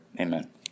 amen